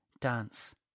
dance